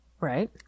Right